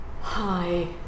hi